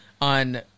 on